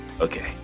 okay